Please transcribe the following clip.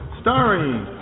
starring